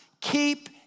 keep